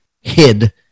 hid